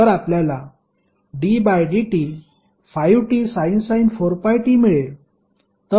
तर आपल्याला ddt5tsin 4πt मिळेल